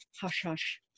hush-hush